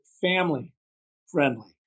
family-friendly